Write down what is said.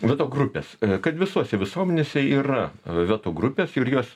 veto grupės kad visose visuomenėse yra veto grupės ir jos